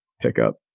pickup